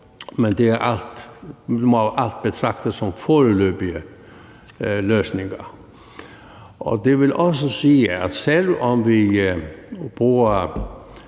men det må betragtes som foreløbige løsninger. Og det vil også sige, at selv om vi bruger